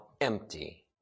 empty